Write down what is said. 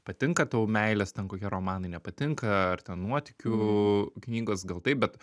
patinka tau meilės ten kokie romanai nepatinka ar ten nuotykių knygos gal taip bet